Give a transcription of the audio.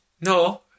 No